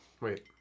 Wait